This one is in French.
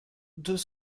deux